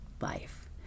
life